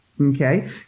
Okay